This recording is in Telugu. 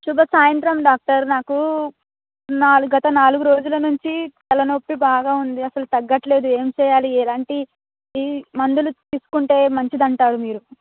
శుభ సాయంత్రం డాక్టర్ నాకు నాలుగ్ గత నాలుగు రోజుల నుంచి తలనొప్పి బాగా ఉంది అసలు తగ్గట్లేదు ఏం చేయాలి ఎలాంటి మందులు తీసుకుంటే మంచిది అంటారు మీరు